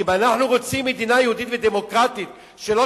כי אם אנחנו רוצים מדינה יהודית ודמוקרטית שלא